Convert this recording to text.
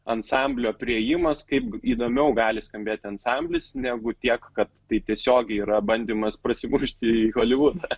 ansamblio priėjimas kaip įdomiau gali skambėti ansamblis negu tiek kad tai tiesiogiai yra bandymas prasimušti į holivudą